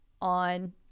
on